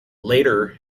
later